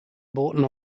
bourton